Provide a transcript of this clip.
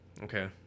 Okay